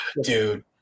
Dude